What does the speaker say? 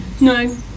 No